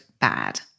bad